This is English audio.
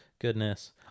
Goodness